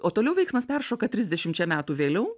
o toliau veiksmas peršoka trisdešimčia metų vėliau